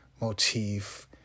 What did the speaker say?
motif